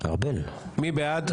מי בעד?